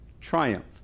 triumph